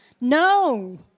no